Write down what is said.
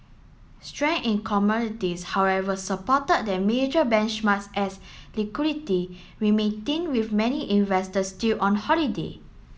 strength in commodities however supported the major benchmarks as liquidity remained thin with many investors still on holiday